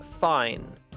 fine